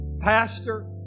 Pastor